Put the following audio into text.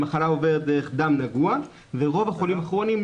המחלה עוברת דרך דם נגוע ורוב החולים הכרוניים,